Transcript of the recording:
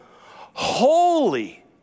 holy